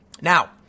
Now